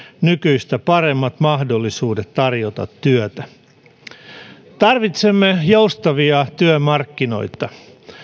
nykyistä paremmat mahdollisuudet tarjota työtä tarvitaan joustavia työmarkkinoita